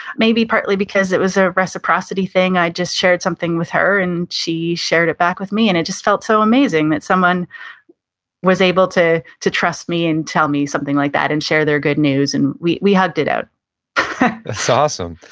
maybe partly because it was a reciprocity thing. i just shared something with her and she shared it back with me and it just felt so amazing that someone was able to to trust me and tell me something like that and share their good news and we we hugged it out that's awesome.